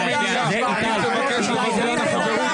מה זה קשור לביטול חברות?